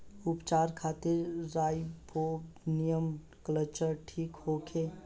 उपचार खातिर rhizobium culture ठीक होखे?